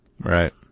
right